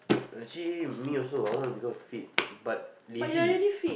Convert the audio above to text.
actually me also I want to become fit but lazy